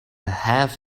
half